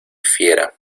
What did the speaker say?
fiera